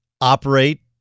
operate